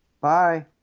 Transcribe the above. Bye